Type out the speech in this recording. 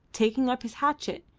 taking up his hatchet,